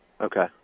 Okay